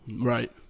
Right